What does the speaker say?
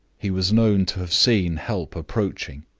he was known to have seen help approaching,